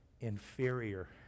inferior